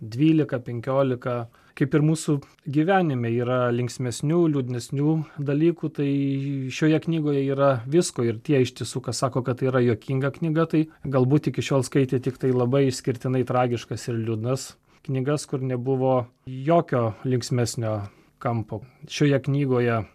dvylika penkiolika kaip ir mūsų gyvenime yra linksmesnių liūdnesnių dalykų tai šioje knygoje yra visko ir tie ištiesų kas sako kad tai yra juokinga knyga tai galbūt iki šiol skaitė tiktai labai išskirtinai tragiškas ir liūdnas knygas kur nebuvo jokio linksmesnio kampo šioje knygoje